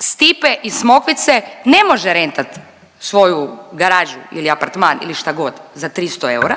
Stipe iz Smokvice ne može rentat svoju garažu ili apartman ili šta god za 300 eura,